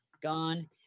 gone